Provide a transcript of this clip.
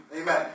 Amen